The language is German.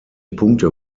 punkte